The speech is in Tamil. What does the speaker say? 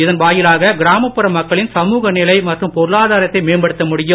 இதன் வாயிலாக கிராமப்புற மக்களின் சமூக நிலை மற்றும் பொருளாதாரத்தை மேம்படுத்த முடியும்